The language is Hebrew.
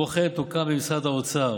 כמו כן, תוקם במשרד האוצר